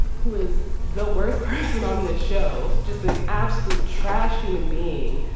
who is the worst person on this show, just an absolute trash human being,